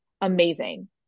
amazing